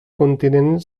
continent